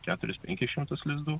keturis penkis šimtus lizdų